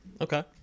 Okay